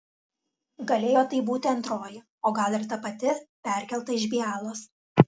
galėjo tai būti antroji o gal ir ta pati perkelta iš bialos